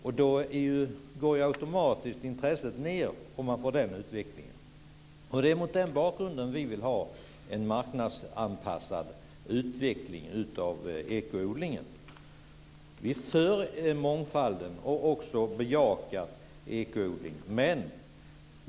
Om man får den utvecklingen går ju intresset automatiskt ned. Det är mot den bakgrunden vi vill ha en marknadsanpassad utveckling av den ekologiska odlingen. Vi är för en mångfald och bejakar den ekologiska odlingen.